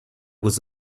was